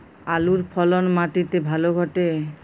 আলুর ফলন মাটি তে ভালো ঘটে?